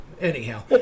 anyhow